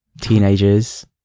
Teenagers